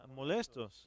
molestos